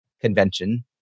Convention